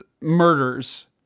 murders